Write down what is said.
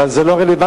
אבל זה לא רלוונטי,